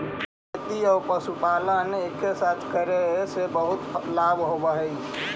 खेती आउ पशुपालन एके साथे करे से बहुत लाभ होब हई